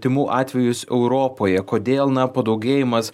tymų atvejus europoje kodėl na padaugėjimas